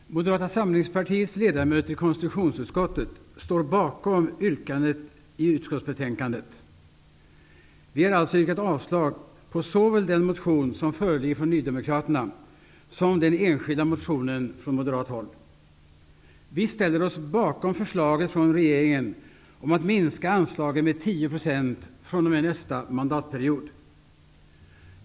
Herr talman! Moderata samlingspartiets ledamöter i konstitutionsutskottet står bakom yrkandet i utskottsbetänkandet. Vi har alltså yrkat avslag på såväl nydemokraternas motion som den enskilda motionen från moderat håll. Vi ställer oss bakom regeringens förslag om att minska anslagen med 10 % fr.o.m. nästa mandatperiod.